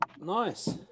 nice